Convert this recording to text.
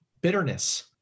bitterness